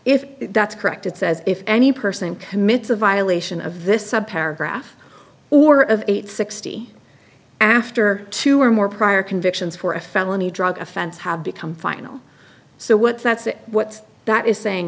if that's correct it says if any person commits a violation of this sub graph or of age sixty after two or more prior convictions for a felony drug offense have become final so what that's what that is saying